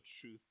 truth